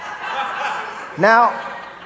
Now